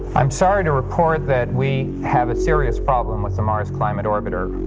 i'm sorry to report that we have a serious problem with the mars climate orbiter.